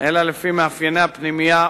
אלא לפי מאפייני הפנימייה,